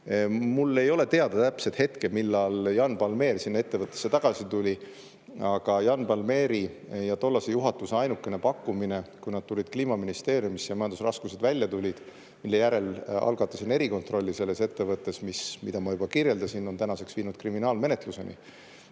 Mul ei ole teada täpset hetke, millal Jan Palmér sinna ettevõttesse tagasi tuli, aga Jan Palméri ja tollase juhatuse ainukene pakkumine, kui nad tulid Kliimaministeeriumisse ja majandusraskused välja tulid, mille järel algatasin ma selles ettevõttes erikontrolli, mida ma juba kirjeldasin ja mis on tänaseks viinud kriminaalmenetluseni,